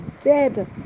dead